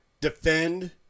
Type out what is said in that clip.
defend